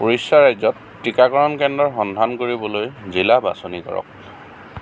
উৰিষ্যাৰ ৰাজ্যত টিকাকৰণ কেন্দ্ৰৰ সন্ধান কৰিবলৈ জিলা বাছনি কৰক